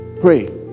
Pray